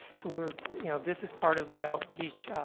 so we're you know, this is part of the outreach,